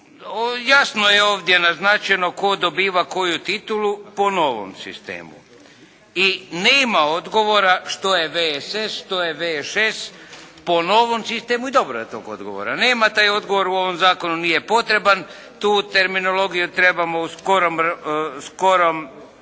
Jasno je ovdje naznačeno tko dobiva koju titulu po novom sistemu i nema odgovora što je VSS što je VSŠ po novom sistemu i dobro je da tog odgovora nema, taj odgovor u ovom zakonu nije potreban, tu terminologiju trebamo u skorom